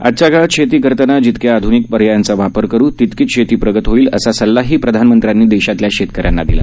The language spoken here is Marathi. आजच्या काळात शेती करताना जितक्या आधुनिक पर्यायांचा वापर करू तितकीच शेती प्रगत होईल असा सल्लाही प्रधानमंत्र्यांनी देशातल्या शेतकऱ्यांना दिला